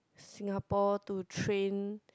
Singapore to train